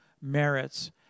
merits